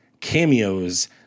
cameos